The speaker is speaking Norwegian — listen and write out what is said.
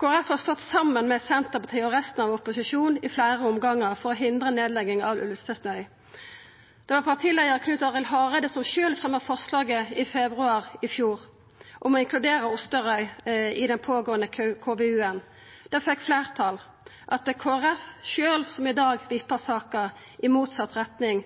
Kristeleg Folkeparti har stått saman med Senterpartiet og resten av opposisjonen i fleire omgangar for å hindra nedlegging av Ulvsnesøy. Det var partileiar Knut Arild Hareide som i februar i fjor sjølv fremja forslaget om å inkludera Osterøy i den pågåande KVU-en. Det fekk fleirtal. At det er Kristeleg Folkeparti sjølve som i dag bikkar saka i motsett retning